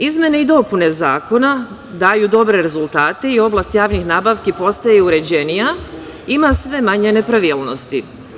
Izmene i dopune zakona daju dobre rezultate i oblast javnih nabavki postaje uređenija, ima sve manje nepravilnosti.